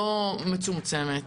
לא מצומצמת.